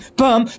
bum